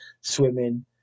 swimming